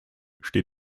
steht